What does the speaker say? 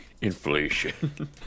Inflation